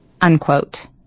Unquote